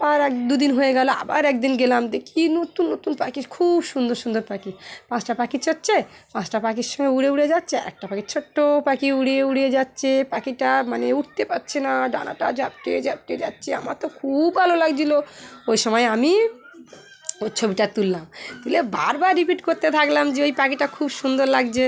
আর এক দু দিন হয়ে গেলো আবার একদিন গেলাম দেখি নতুন নতুন পাখি খুব সুন্দর সুন্দর পাখি পাঁচটা পাখি চড়ছে পাঁচটা পাখির সঙ্গে উড়ে উড়ে যাচ্ছে একটা পাখির ছোট্টো পাখি উড়ে উড়িয়ে যাচ্ছে পাখিটা মানে উঠতে পারছে না ডানাটা ঝাপটে ঝাপটে যাচ্ছে আমার তো খুব ভালো লাগছিলো ওই সময় আমি ওর ছবিটা তুললাম তুলে বারবার রিপিট করতে থাকলাম যে ওই পাখিটা খুব সুন্দর লাগছে